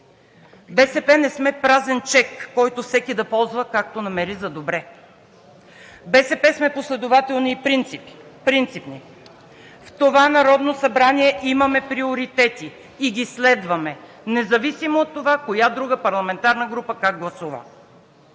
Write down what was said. БСП не сме празен чек, който всеки да ползва както намери за добре. БСП сме последователни и принципни! В това Народното събрание имаме приоритети и ги следваме независимо от това коя друга парламентарна група как гласува,